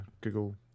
Google